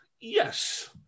Yes